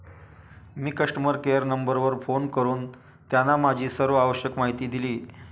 मी customer care नंबरवर phone करून त्यांना माझी सर्व आवश्यक माहिती दिली